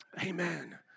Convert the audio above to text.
Amen